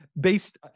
based